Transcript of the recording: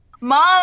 mom